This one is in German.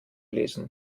lesen